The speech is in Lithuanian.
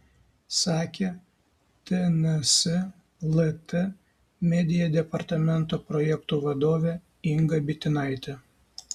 sakė tns lt media departamento projektų vadovė inga bitinaitė